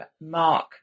mark